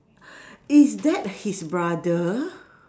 is that his brother